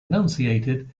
enunciated